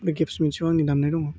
बे गेप्स मोनसेयाव आंनि दामनाय दङ